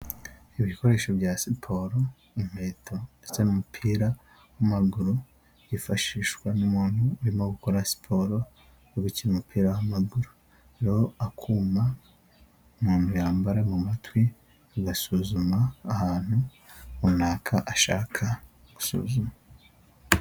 Ibikoresho bya siporo inkweto ndetse n'umupira w'amaguru byifashishwa n'umuntu urimo gukora siporo uri gukina umupira w'amaguru, akuma umuntu yambara mu matwi bigasuzuma ahantu runaka ashaka gusuzuma.